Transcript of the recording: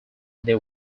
they